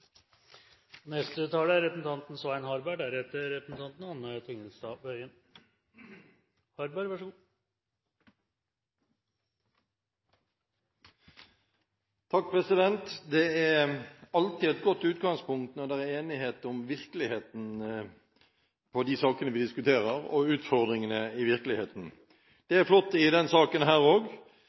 Det er alltid et godt utgangspunkt når det er enighet om virkeligheten for de sakene vi diskuterer, og utfordringene i virkeligheten. Det er flott også i denne saken, og jeg synes det er flott at det nå løftes opp og